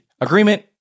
agreement